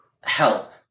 help